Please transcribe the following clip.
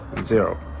zero